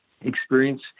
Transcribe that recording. experience